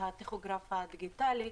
את הטכוגרף הדיגיטלי,